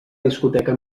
discoteca